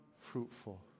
fruitful